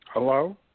Hello